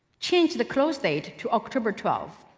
change the close date to october twelve.